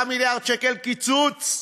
5 מיליארד שקל קיצוץ.